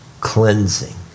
cleansing